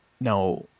Now